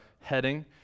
heading